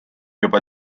juba